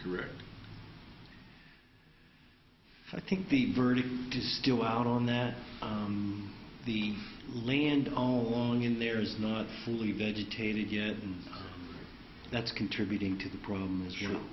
correct i think the verdict is still out on that the land all along and there is not fully vegetated yet and that's contributing to the problems you know